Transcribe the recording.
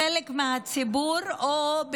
חלק מהציבור לא משלמים את הקנס בזמן,